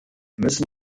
müssten